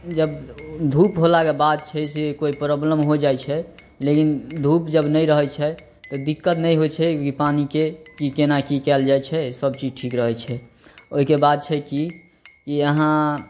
जब धूप होलाके बाद छै से कोइ प्रोब्लम हो जाइ छै लेकिन धूप जब नहि रहै छै तऽ दिक्कत नहि होइ छै ई पानीके कि कोना कि कएल जाइ छै सबचीज ठीक रहै छै ओहिके बाद छै कि कि अहाँ